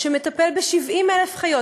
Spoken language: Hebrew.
שמטפל ב-70,000 חיות.